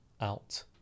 out